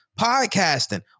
podcasting